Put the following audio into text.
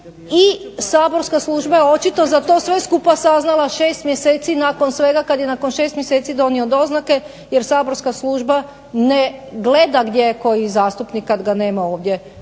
i saborska služba je očito za to sve skupa saznala 6 mjeseci nakon svega. Kad je nakon 6 mjeseci donio doznake jer saborska služba ne gleda gdje je koji zastupnik kad ga nema ovdje